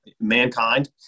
mankind